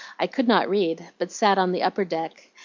i could not read, but sat on the upper deck,